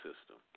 system